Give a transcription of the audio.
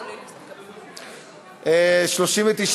כהצעת הוועדה, נתקבלו.